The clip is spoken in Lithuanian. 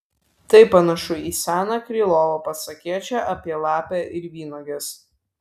tai panašu į seną krylovo pasakėčią apie lapę ir vynuoges